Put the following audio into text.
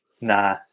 Nah